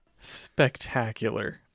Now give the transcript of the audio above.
spectacular